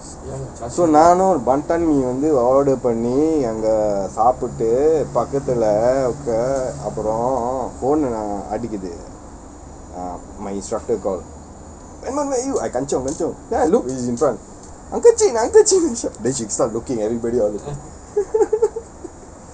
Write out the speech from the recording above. so wanton mee order பன்னி அத சாப்பிட்டு அப்பறம் பக்கத்துல போனு அடிக்குது:panni atha saappittu pakkathula appe aparam ponu adikkuthu my instructor call I kanchiong kanchiong then I look he's in front அன்கச்சீ அன்கச்சீ: ankachie ankachie then she start looking everybody